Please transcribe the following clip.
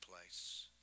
place